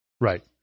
Right